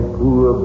poor